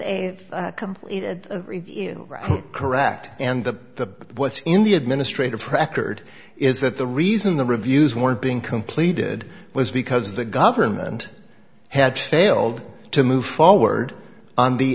review correct and the what's in the administrative record is that the reason the reviews weren't being completed was because the government had failed to move forward on